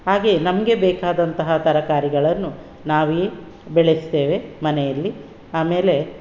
ಹಾಗೆಯೇ ನಮಗೆ ಬೇಕಾದಂತಹ ತರಕಾರಿಗಳನ್ನು ನಾವೇ ಬೆಳೆಸ್ತೇವೆ ಮನೆಯಲ್ಲಿ ಆಮೇಲೆ